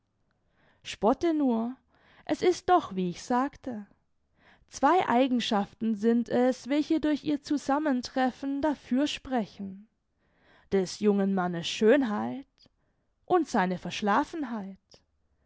spotte nur es ist doch wie ich sagte zwei eigenschaften sind es welche durch ihr zusammentreffen dafür sprechen des jungen mannes schönheit und seine